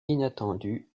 inattendue